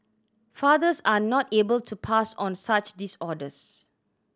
fathers are not able to pass on such disorders